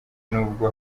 nubwo